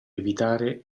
evitare